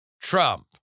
Trump